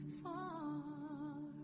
far